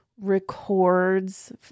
records